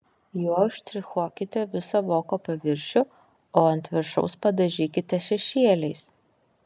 juo užštrichuokite visą voko paviršių o ant viršaus padažykite šešėliais